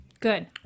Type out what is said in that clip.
Good